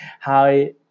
Hi